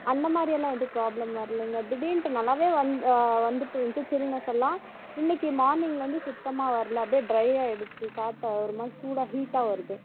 அந்த மாதிரி எல்லாம் எதுவும் ப்ராப்ளம் வரலைங்க திடீர்ன்ட்டு நல்லா வந்து வந்துட்டுருச்சி சில்னஸ் எல்லாம் இன்னைக்கி மார்னிங் வந்து சுத்தமாக வரல அப்படியே ட்ரை ஆகிடிச்சி காற்று ஒரு மாதிரி சூடாக ஹீட்டாக வருது